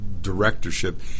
directorship